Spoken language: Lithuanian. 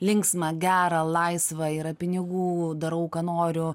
linksmą gerą laisvą yra pinigų darau ką noriu